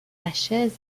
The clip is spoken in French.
lachaise